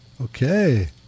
Okay